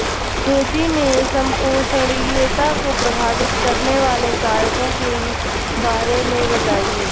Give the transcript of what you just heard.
खेती में संपोषणीयता को प्रभावित करने वाले कारकों के बारे में बताइये